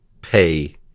pay